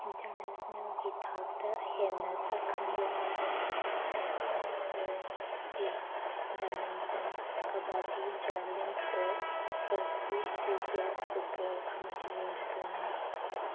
ꯏꯟꯇꯔꯅꯦꯁꯅꯦꯜꯒꯤ ꯊꯥꯛꯇ ꯍꯦꯟꯅ ꯁꯛ ꯈꯪꯕ ꯃꯊꯧ ꯇꯥꯕ ꯚꯥꯔꯠꯀꯤ ꯃꯁꯥꯟꯅꯁꯤꯡꯗꯤ badminton kabaddi javelin throw hockey cricket football ꯑꯃꯗꯤ ꯕꯣꯜꯂꯤꯕꯣꯜꯅꯤ